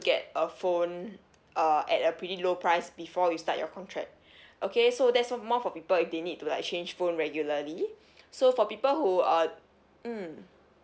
get a phone uh at a pretty low price before you start your contract okay so that's more for people if they need to like change phone regularly so for people who are mm